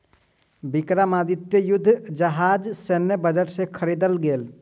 विक्रमादित्य युद्ध जहाज सैन्य बजट से ख़रीदल गेल